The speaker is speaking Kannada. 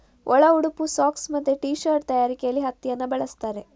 ಒಳ ಉಡುಪು, ಸಾಕ್ಸ್ ಮತ್ತೆ ಟೀ ಶರ್ಟ್ ತಯಾರಿಕೆಯಲ್ಲಿ ಹತ್ತಿಯನ್ನ ಬಳಸ್ತಾರೆ